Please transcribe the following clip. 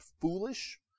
foolish